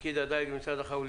פקיד הדייג במשרד החקלאות,